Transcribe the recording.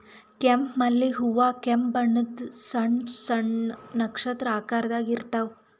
ಕೆಂಪ್ ಮಲ್ಲಿಗ್ ಹೂವಾ ಕೆಂಪ್ ಬಣ್ಣದ್ ಸಣ್ಣ್ ಸಣ್ಣು ನಕ್ಷತ್ರ ಆಕಾರದಾಗ್ ಇರ್ತವ್